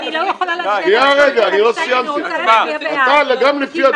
אתה נואם.